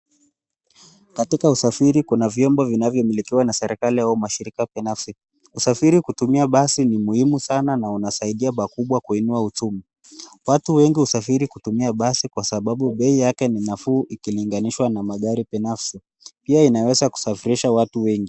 Katika usafiri kuna vyombo vinavyomilikiwa na serikali au mashirika binafsi. Usafiri kutumia basi ni muhimu sana na husaidia pakubwa kuinua uchumi. Watu wengi husafiri kutumia basi kwa sababu bei yake ni nafuu ikilinganiswa na magari binafsi pia inaweza kusafirisha watu wengi.